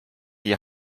die